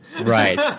Right